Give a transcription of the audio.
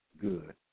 good